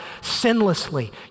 sinlessly